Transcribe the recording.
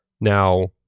Now